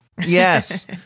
Yes